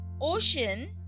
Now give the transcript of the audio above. ocean